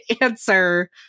answer